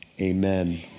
amen